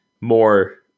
more